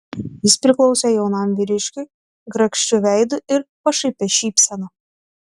jis priklausė jaunam vyriškiui grakščiu veidu ir pašaipia šypsena